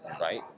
right